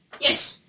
Yes